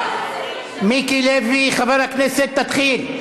מיקי לוי, חבר הכנסת, תתחיל.